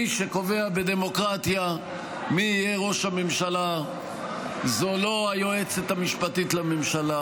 מי שקובע בדמוקרטיה מי יהיה ראש הממשלה זו לא היועצת המשפטית לממשלה,